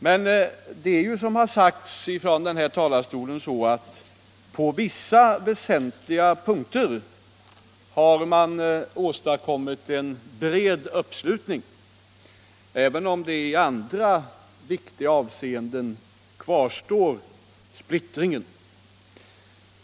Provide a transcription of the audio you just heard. Men som det har sagts från denna talarstol är det ju så, att man på vissa väsentliga punkter har kunnat åstadkomma en bred uppslutning, även om det i [vissa andra viktiga avseenden kvarstår en viss splittring.